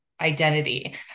identity